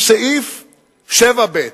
סעיף 7(ב):